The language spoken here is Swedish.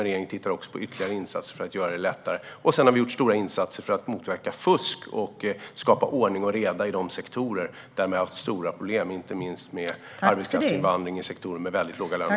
Regeringen tittar också på ytterligare insatser för att göra det lättare. Vi har också gjort stora insatser för att motverka fusk och skapa ordning och reda i de sektorer där man har haft stora problem, inte minst med väldigt låga löner.